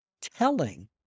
telling